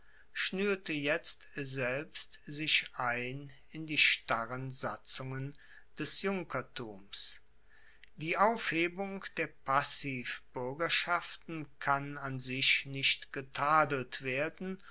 schnuerte jetzt selbst sich ein in die starren satzungen des junkertums die aufhebung der passivbuergerschaften kann an sich nicht getadelt werden